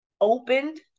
opened